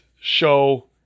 show